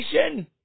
education